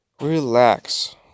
relax